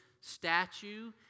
statue